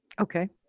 Okay